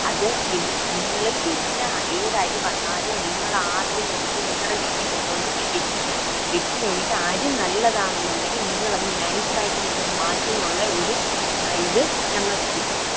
അത് ഇത് നിങ്ങൾ എല്ലാ ഏത് അരി വന്നാലും നിങ്ങൾ ആദ്യം കൊണ്ടുപോയി നിങ്ങളുടെ വീട്ടിൽ കൊണ്ടുവന്ന് വെക്കും വെച്ച് കഴിഞ്ഞിട്ട് അരി നല്ലതാണെന്നുണ്ടെങ്കിൽ നിങ്ങളത് നൈസ് ആയിട്ട് നിങ്ങൾ മാറ്റുന്നു എന്നുള്ള ഒരു ഇത് ഞങ്ങൾക്ക് കിട്ടി